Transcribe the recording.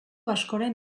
askoren